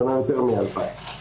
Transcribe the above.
יותר מ-2,000.